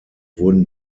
wurden